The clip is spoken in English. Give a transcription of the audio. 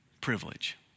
privilege